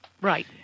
Right